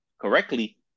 correctly